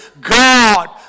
God